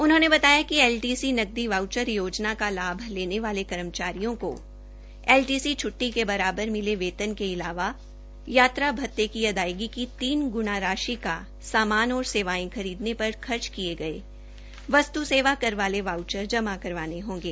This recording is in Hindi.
उन्होंने बताया कि एलटीसी नकदी वाउचर योजना का लाभू लेने वाले कर्मचारियों को एलटीसी छ्ट्टी के बराबर मिले वेतन के अलावा यात्रा भत्ते की अदायगी की तीन गुणा राशि का सामान और सेवायें खरीदने पर खर्च किये गये वस्त् सेवा कर वोल वाउचर जमा करवाने होंगे